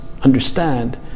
understand